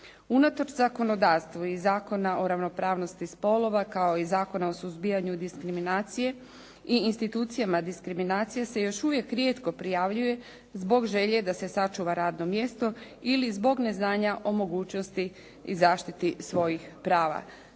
Unatoč zakonodavstvu i Zakona o ravnopravnosti spolova, kao i Zakona o suzbijanju diskriminacije i institucijama diskriminacije se još uvijek rijetko prijavljuje zbog želje da se sačuva radno mjesto ili zbog neznanja o mogućnosti i zaštiti svojih prava.